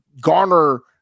garner